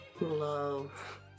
love